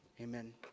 Amen